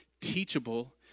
teachable